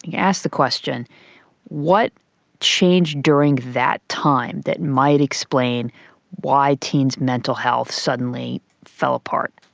ask the question what changed during that time that might explain why teens' mental health suddenly fell apart?